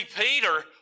Peter